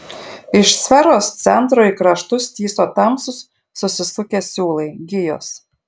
iš sferos centro į kraštus tįso tamsūs susisukę siūlai gijos